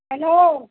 hello